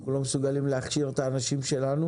אנחנו לא מסוגלים להכשיר את האנשים שלנו